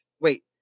Wait